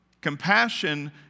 Compassion